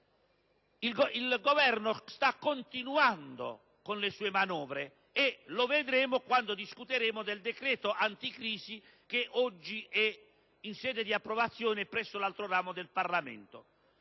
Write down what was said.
Il Governo sta continuando con le sue manovre e lo vedremo quando discuteremo il cosiddetto decreto anticrisi, che oggi è in fase di approvazione presso l'altro ramo del Parlamento.